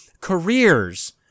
Careers